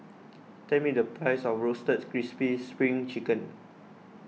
tell me the price of Roasted Crispy Spring Chicken